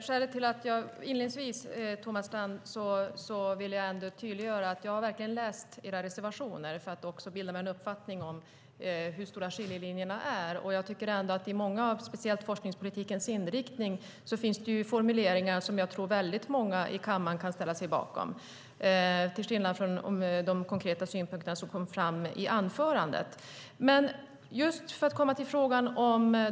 Fru talman! Jag vill tydliggöra att jag verkligen har läst era reservationer för att bilda mig en uppfattning om hur stora skiljelinjerna är. Speciellt när det gäller forskningspolitikens inriktning finns det formuleringar som jag tror att många i kammaren kan ställa sig bakom, till skillnad från de konkreta synpunkter som kom fram i anförandet.